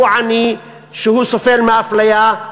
שהוא עני, שהוא סובל מאפליה.